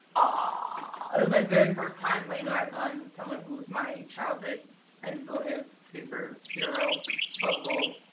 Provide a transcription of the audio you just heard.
ah it was my very first time laying eyes on someone who was my childhood and so his super hero vocal